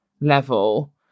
level